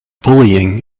bullying